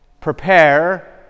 prepare